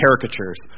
caricatures